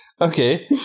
Okay